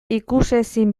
ikusezin